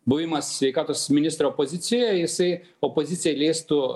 buvimas sveikatos ministro pozicijoje jisai opozicijai leistų